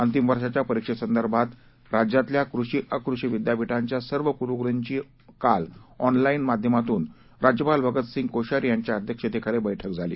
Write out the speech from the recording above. अंतिम वर्षाच्या परीक्षेसंदर्भात राज्यातल्या कृषि अकृषी विद्यापीठांच्या सर्व कुलगुरूंची काल ऑनलाईन माध्यमातून राज्यपाल भगतसिंह कोश्यारी यांच्या अध्यक्षतेखाली बैठक झाली